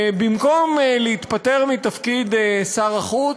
במקום להתפטר מתפקיד שר החוץ,